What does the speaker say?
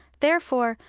therefore,